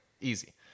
easy